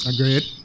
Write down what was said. Agreed